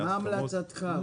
מה המלצתך?